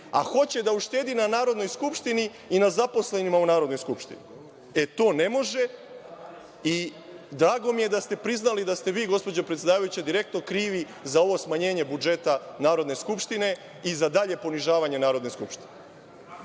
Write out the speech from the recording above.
a hoće da uštedi na Narodnoj skupštini i na zaposlenima u Narodnoj skupštini. E, to ne može. Drago mi je da ste priznali da ste vi gospođo predsedavajuća direktno krivi za ovo smanjenje budžeta Narodne skupštine i za dalje ponižavanje Narodne skupštine.